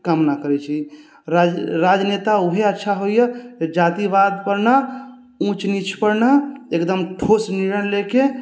कामना करै छी राज राजनेता उहे अच्छा होइए जे जातिवादपर नहि ऊँच नीचपर नहि एकदम ठोस निर्णय लेके